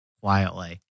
quietly